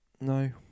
No